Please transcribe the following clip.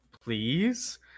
please